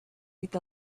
with